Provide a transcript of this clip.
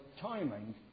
timing